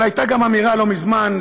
אבל הייתה גם אמירה לא מזמן,